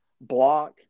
block